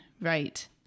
right